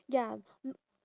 ya